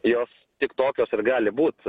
jos tik tokios ir gali būt